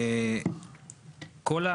כל,